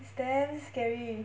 it's damn scary